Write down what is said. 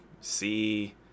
see